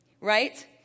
right